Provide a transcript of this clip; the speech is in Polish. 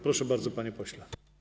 Proszę bardzo, panie pośle.